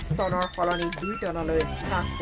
da da da da da